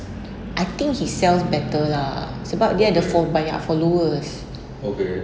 I think he sells better lah sebab dia ada fol~ banyak followers